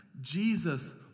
Jesus